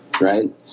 right